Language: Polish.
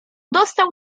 dostał